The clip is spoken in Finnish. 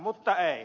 mutta ei